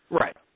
Right